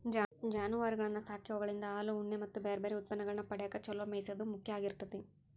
ಜಾನುವಾರಗಳನ್ನ ಸಾಕಿ ಅವುಗಳಿಂದ ಹಾಲು, ಉಣ್ಣೆ ಮತ್ತ್ ಬ್ಯಾರ್ಬ್ಯಾರೇ ಉತ್ಪನ್ನಗಳನ್ನ ಪಡ್ಯಾಕ ಚೊಲೋ ಮೇಯಿಸೋದು ಮುಖ್ಯ ಆಗಿರ್ತೇತಿ